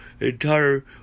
entire